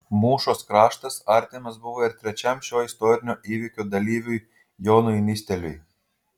mūšos kraštas artimas buvo ir trečiam šio istorinio įvykio dalyviui jonui nisteliui